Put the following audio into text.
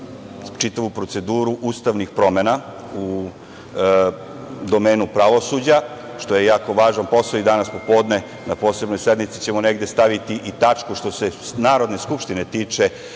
čitavu proceduru ustavnih promena u domenu pravosuđa, što je jako važan posao. Danas posle podne na Posebnoj sednici ćemo negde staviti i tačku, što se Narodne skupštine tiče